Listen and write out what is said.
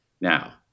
Now